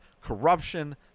corruption